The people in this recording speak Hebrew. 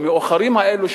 המאוחרים האלו,